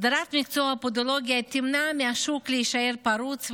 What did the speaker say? הסדרת מקצוע הפודולוגיה תמנע מהשוק להישאר פרוץ,